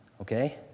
okay